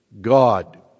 God